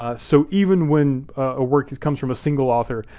ah so even when a work comes from a single author,